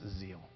zeal